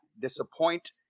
disappoint